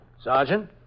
Sergeant